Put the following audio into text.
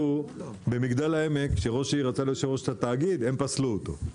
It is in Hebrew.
שעשו במגדל העמק כשראש עיר רצה להיות יושב-ראש תאגיד - הם פסלו אותו,